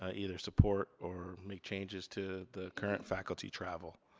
ah either support, or make changes to the current faculty travel.